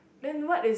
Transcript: then what is